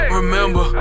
Remember